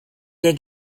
der